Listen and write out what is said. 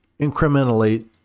incrementally